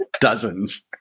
Dozens